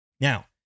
Now